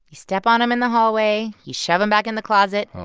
you step on them in the hallway. you shove them back in the closet.